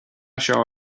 seo